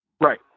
Right